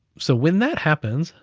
so when that happens,